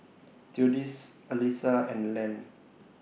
Theodis Alisa and Len